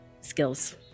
skills